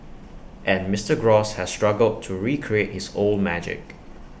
and Mister gross has struggled to recreate his old magic